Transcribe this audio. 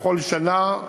בכל שנה,